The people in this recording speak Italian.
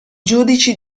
giudici